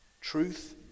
truth